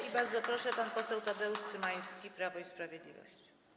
I bardzo proszę, pan poseł Tadeusz Cymański, Prawo i Sprawiedliwość.